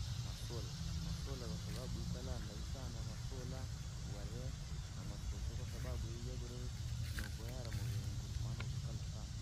Masula, masula kwasababu yaikalandai sanaa masula, waree na masusu, kwasababu ivi vyakurya nokuhera muviri nguru, maana nokikalaa.